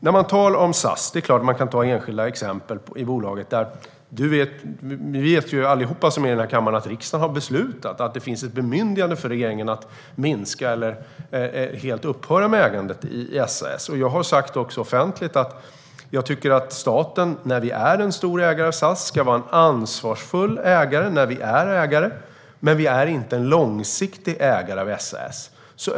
När man talar om SAS kan man såklart ta enskilda exempel i bolaget. Vi vet ju alla här i kammaren att riksdagen har beslutat att det finns ett bemyndigande för regeringen att minska eller helt upphöra med ägandet i SAS. Jag har också sagt offentligt att jag tycker att staten, som är en stor ägare i SAS, ska vara en ansvarsfull ägare när den är ägare men att den inte är en långsiktig ägare av SAS.